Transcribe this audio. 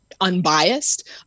unbiased